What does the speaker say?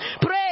Pray